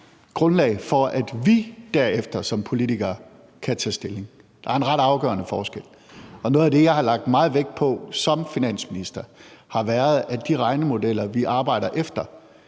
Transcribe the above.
grundlag, for at vi derefter som politikere kan tage stilling. Der er en ret afgørende forskel. Noget af det, jeg har lagt meget vægt på som finansminister, har været, at de regnemodeller, vi arbejder efter,